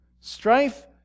strife